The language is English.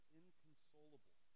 inconsolable